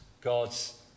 God's